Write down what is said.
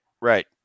Right